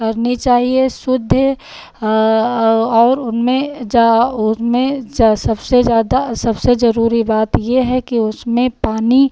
करनी चाहिए शुद्ध और उनमें उनमें सबसे ज़्यादा सबसे जरूरी बात ये है कि उसमें पानी